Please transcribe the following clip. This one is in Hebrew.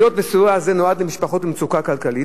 היות שסיוע זה נועד למשפחות במצוקה כלכלית,